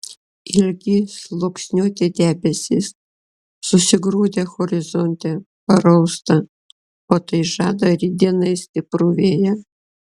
ilgi sluoksniuoti debesys susigrūdę horizonte parausta o tai žada rytdienai stiprų vėją